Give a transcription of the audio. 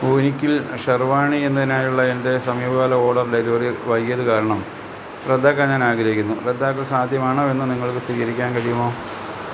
വൂനിക്കിൽ ഷെർവാണി എന്നതിനായുള്ള എൻ്റെ സമീപകാല ഓഡർ ഡെലിവറി വൈകിയതു കാരണം റദ്ദാക്കാൻ ഞാൻ ആഗ്രഹിക്കുന്നു റദ്ദാക്കൽ സാധ്യമാണോ എന്ന് നിങ്ങൾക്ക് സ്ഥിരീകരിക്കാൻ കഴിയുമോ